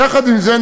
יחד עם זה,